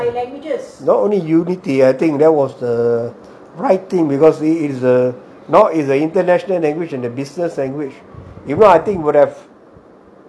not only unity I think that was the writing because is ugh now is the international language and the business langauge if not I think it would have